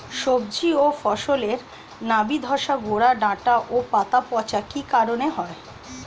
সবজি ও ফসলে নাবি ধসা গোরা ডাঁটা ও পাতা পচা কি কারণে হয়?